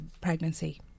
pregnancy